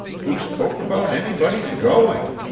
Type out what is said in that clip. who spoke about anybody's going?